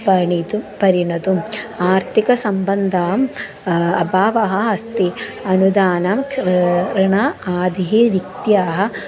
परिणेतुं परिणेतुम् आर्थिकसम्बन्धम् अभावः अस्ति अनुदानानाम् ऋण आदिः वित्तानि